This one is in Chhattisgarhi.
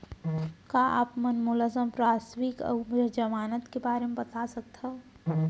का आप मन मोला संपार्श्र्विक अऊ जमानत के बारे म बता सकथव?